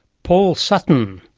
paul sutton,